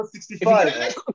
65